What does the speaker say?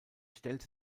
stellte